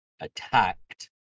attacked